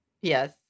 Yes